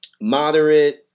moderate